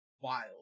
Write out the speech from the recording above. Wild